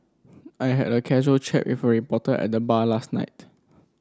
I had a casual chat with a reporter at the bar last night